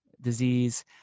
disease